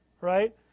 right